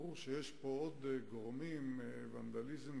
ברור שיש עוד גורמים לוונדליזם,